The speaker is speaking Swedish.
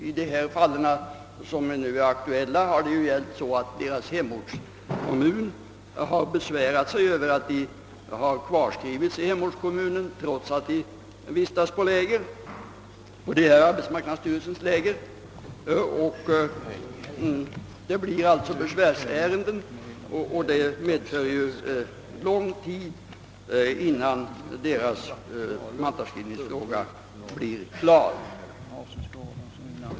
I de nu aktuella fallen har hemortskommunen besvärat sig över att sådana personer som vistas på arbetsmarknadsstyrelsens läger har kvarskrivits i kommunen. Dessa besvärsärenden tar lång tid att behandla.